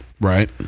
Right